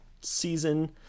season